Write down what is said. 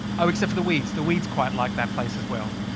oh except for the weeds! the weeds quite like that place as well.